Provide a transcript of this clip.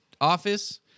office